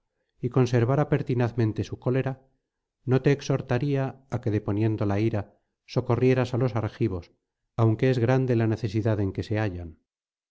y conservara pertinazmente su cólera no te exhortaría á que deponiendo la ira socorrieras á los argivos aunque es grande la necesidad en que se hallan